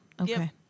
Okay